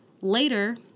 later